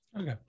Okay